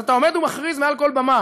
אז אתה עומד ומכריז מעל כל במה